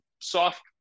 soft